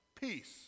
Peace